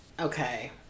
Okay